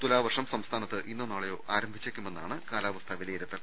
തുലാവർഷം സംസ്ഥാനത്ത് ഇന്നോ നാളെയോ ആരംഭിച്ചേക്കുമെന്നാണ് കാലാവസ്ഥാ വിലയിരുത്തൽ